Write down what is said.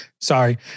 Sorry